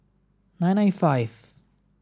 nine nine five